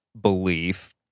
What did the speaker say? belief